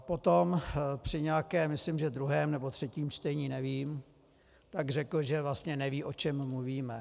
Potom při nějakém, myslím, že druhém nebo třetím čtení, nevím, tak řekl, že vlastně neví, o čem mluvíme.